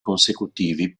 consecutivi